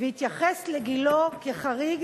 והתייחס לגילו כחריג